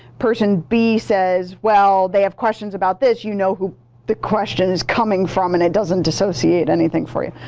person b says, well, they have questions about this you know who the question is coming from, and it doesn't dissociate dissociate anything for you.